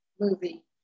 movie